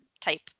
type